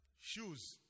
shoes